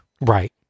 Right